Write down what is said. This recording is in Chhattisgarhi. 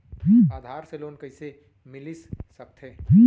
आधार से लोन कइसे मिलिस सकथे?